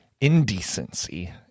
indecency